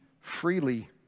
freely